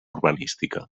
urbanística